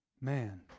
Man